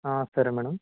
సరే మేడం